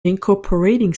incorporating